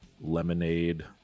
lemonade